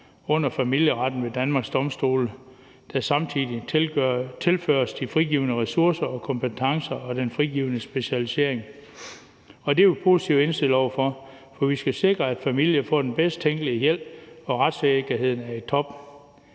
under familieretten ved Danmarks Domstole, der samtidig tilføres de frigivne ressourcer og kompetencer og den frigivne specialisering. Det er vi positivt indstillet over for, for vi skal sikre, at familier får den bedst tænkelige hjælp, og at retssikkerheden er i top.